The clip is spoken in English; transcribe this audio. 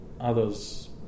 others